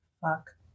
fuck